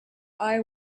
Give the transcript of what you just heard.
eye